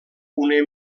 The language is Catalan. una